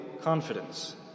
confidence